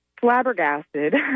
flabbergasted